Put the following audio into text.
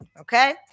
Okay